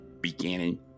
beginning